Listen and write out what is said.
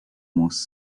most